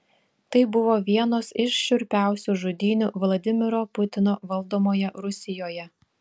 tai buvo vienos iš šiurpiausių žudynių vladimiro putino valdomoje rusijoje